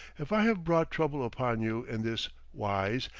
if i have brought trouble upon you in this wise,